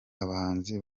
abahanzi